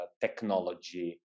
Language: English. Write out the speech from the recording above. technology